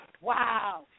wow